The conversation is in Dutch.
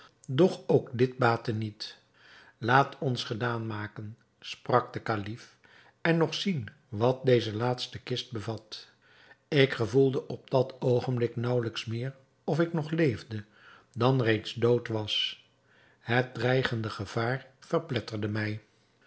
doch ook dit baatte niet laat ons gedaan maken sprak de kalif en nog zien wat deze laatste kist bevat ik gevoelde op dat oogenblik naauwelijks meer of ik nog leefde dan reeds dood was het dreigende gevaar verpletterde mij